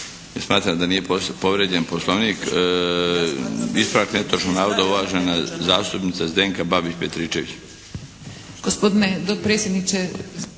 smatram da nije povrijeđen Poslovnik. Ispravak netočnog navoda, uvažena zastupnica Zdenka Babić Petričević.